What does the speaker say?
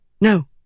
No